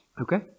Okay